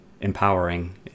empowering